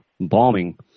bombing